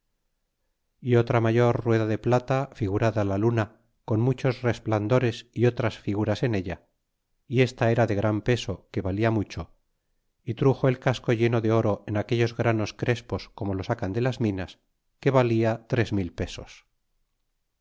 y otra mayor rueda de plata figurada la luna con muchos resplandores y otras figuras en ella y esta era de gran peso que valla mucho y truxo el casco lleno de oro en granos crespos como lo sacan de las minas que valia tres mil pesos